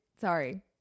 sorry